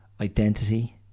identity